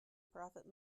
profit